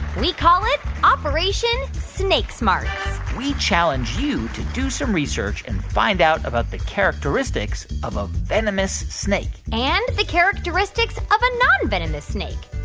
we call it operation smarts we challenge you to do some research and find out about the characteristics of a venomous snake and the characteristics of a nonvenomous snake.